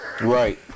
Right